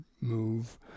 move